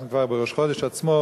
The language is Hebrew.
אנחנו כבר בראש חודש עצמו,